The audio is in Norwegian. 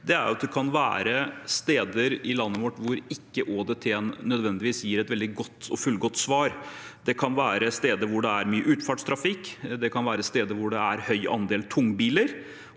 det, er at det kan være steder i landet vårt hvor ÅDT-en ikke nødvendigvis gir et fullgodt svar. Det kan være steder hvor det er mye utfartstrafikk, og det kan være steder hvor det er en høy andel tungbiler,